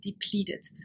depleted